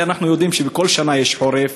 הרי אנחנו יודעים שבכל שנה יש חורף.